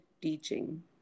teaching